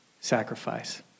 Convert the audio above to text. sacrifice